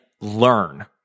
learn